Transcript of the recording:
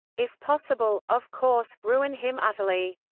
if possible, of course, ruin him utterly.